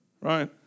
Right